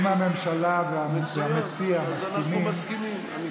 אם הממשלה והמציע מסכימים, מצוין.